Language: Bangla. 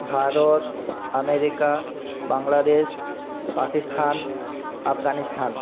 ভারত আমেরিকা বাংলাদেশ পাকিস্থান আফগানিস্থান